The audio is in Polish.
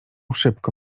szybko